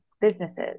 businesses